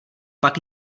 pak